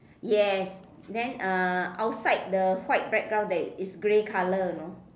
yes then uh outside the white background there is grey colour you know